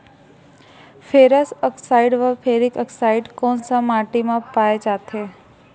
Ferrous oxide व ferric oxide कोन सा माटी म पाय जाथे?